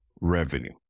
revenue